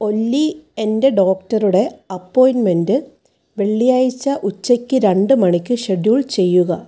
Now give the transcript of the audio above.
ഒല്ലി എൻ്റെ ഡോക്ടറുടെ അപ്പോയിൻമെൻ്റ് വെള്ളിയാഴ്ച ഉച്ചയ്ക്ക് രണ്ട് മണിക്ക് ഷെഡ്യൂൾ ചെയ്യുക